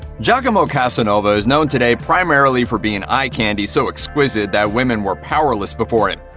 giacomo casanova is known today primarily for being eye candy so exquisite that women were powerless before him.